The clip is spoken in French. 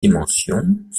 dimensions